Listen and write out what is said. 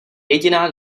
jediná